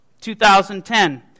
2010